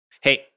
Hey